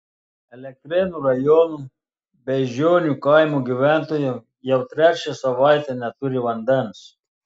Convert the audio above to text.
elektrėnų rajono beižionių kaimo gyventojai jau trečią savaitę neturi vandens